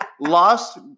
lost